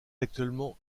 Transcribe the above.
actuellement